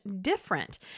different